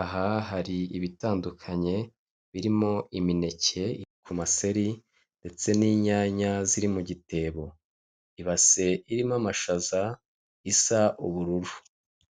aha hari ibitandukanye birimo imineke ku maseri, ndetse n'inyanya ziri mu gitebo, ibase irimo amashaza isa ubururu.